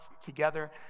together